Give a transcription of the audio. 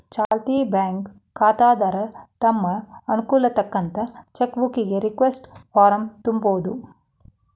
ಚಾಲ್ತಿ ಬ್ಯಾಂಕ್ ಖಾತೆದಾರ ತಮ್ ಅನುಕೂಲಕ್ಕ್ ತಕ್ಕಂತ ಚೆಕ್ ಬುಕ್ಕಿಗಿ ರಿಕ್ವೆಸ್ಟ್ ಫಾರ್ಮ್ನ ತುಂಬೋದು